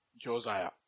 Josiah